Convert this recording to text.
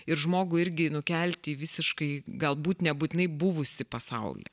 ir žmogų irgi nukelti į visiškai galbūt nebūtinai buvusį pasaulį